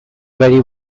very